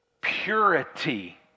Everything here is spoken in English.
purity